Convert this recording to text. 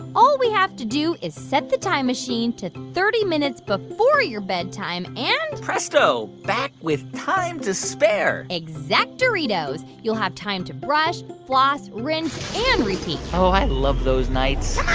all we have to do is set the time machine to thirty minutes before your bedtime. and. presto. back with time to spare exactoritos. you'll have time to brush, floss, rinse and repeat oh, i love those nights